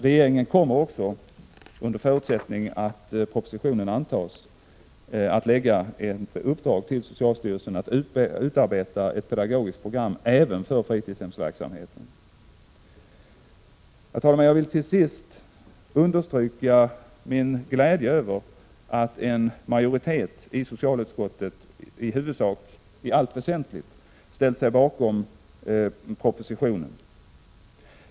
Regeringen kommer, under förutsättning att propositionen antas, att lägga ut ett uppdrag till socialstyrelsen att utarbeta ett pedagogiskt program även för fritidshemsverksamheten. Herr talman! Jag vill till sist understryka min glädje över att en majoritet i socialutskottet i allt väsentligt ställt sig bakom propositionen.